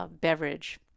beverage